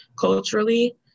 culturally